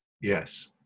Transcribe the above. yes